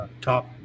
top